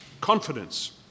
Confidence